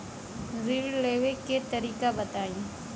ऋण लेवे के तरीका बताई?